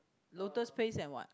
lotus paste and what